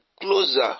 closer